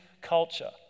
culture